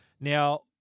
Now